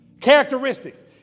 Characteristics